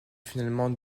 finalement